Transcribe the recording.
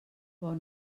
bon